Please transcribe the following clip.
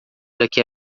daqui